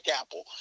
Apple